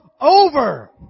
over